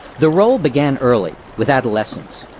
the role began early, with adolescence.